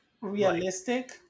realistic